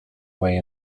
way